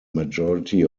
majority